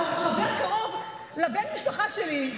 חבר קרוב לבן משפחה שלי,